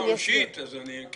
אם זו פעולה עונשית אז לדידו,